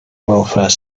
welfare